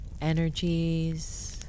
energies